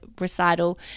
recital